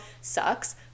sucks